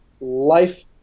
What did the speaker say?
life